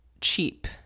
cheap